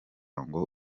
ngo